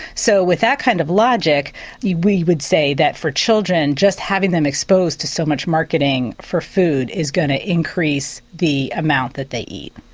so with that kind of logic we would say that for children just having them exposed to so much marketing for food is going to increase the amount that they eat.